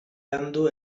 landu